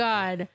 God